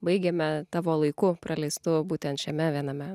baigėme tavo laiku praleistu būtent šiame viename